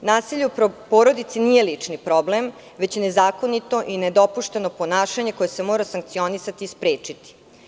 Nasilje u porodici nije lični problem, već nezakonito i nedopušteno ponašanje koje se mora sankcionisati i sprečiti.